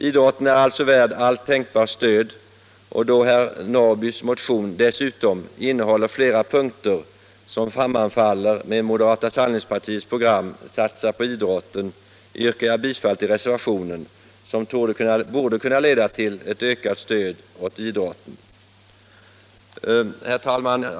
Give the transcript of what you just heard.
Idrotten är alltså värd allt tänkbart stöd, och då herr Norrbys motion dessutom innehåller flera punkter som sammanfaller med moderata samlingspartiets program, ”Satsa på idrotten”, yrkar jag bifall till reservationen, som borde kunna leda till ett ökat stöd åt idrotten. Herr talman!